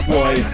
Boy